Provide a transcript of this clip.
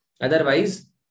Otherwise